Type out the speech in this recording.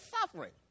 suffering